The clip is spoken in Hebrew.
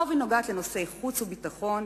על-פי רוב היא נוגעת לנושאי חוץ וביטחון,